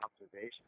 observation